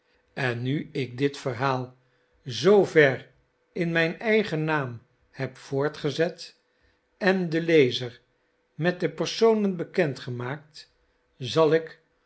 en nu ik dit verhaal zoover in mijn eigen naam heb voortgezet en den lezer met de personen bekend gemaakt zal ik